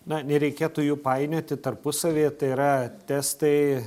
na nereikėtų jų painioti tarpusavyje tai yra testai